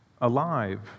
alive